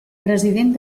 president